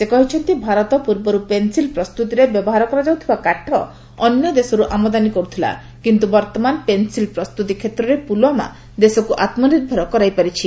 ସେ କହିଛନ୍ତି ଭାରତ ପୂର୍ବରୁ ପେନ୍ସିଲ୍ ପ୍ରସ୍ତୁତିରେ ବ୍ୟବହାର କରାଯାଉଥିବା କାଠ ଅନ୍ୟ ଦେଶରୁ ଆମଦାନୀ କରୁଥିଲା କିନ୍ତୁ ବର୍ତ୍ତମାନ ପେନ୍ସିଲ୍ ପ୍ରସ୍ତୁତି କ୍ଷେତ୍ରରେ ପୁଲୱାମା ଦେଶକୁ ଆତ୍ମନିର୍ଭର କରାଇପାରିଛି